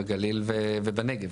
בגליל ובנגב.